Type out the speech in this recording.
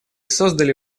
создали